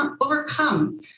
overcome